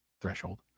threshold